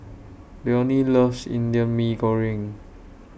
Leonie loves Indian Mee Goreng